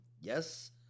Yes